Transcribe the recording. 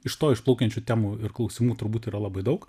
iš to išplaukiančių temų ir klausimų turbūt yra labai daug